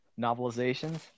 novelizations